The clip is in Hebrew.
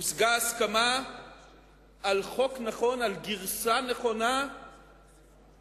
הושגה הסכמה על חוק נכון, על גרסה נכונה ששומרת